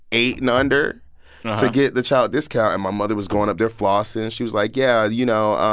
eight and under to get the child discount. and my mother was going up there flossing. and she was, like, yeah, you know,